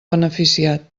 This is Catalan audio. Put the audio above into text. beneficiat